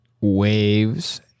waves